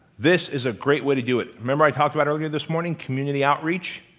this is a great way to do it. remember i talked about earlier this morning, community outreach?